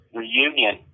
reunion